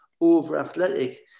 over-athletic